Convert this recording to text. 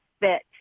fit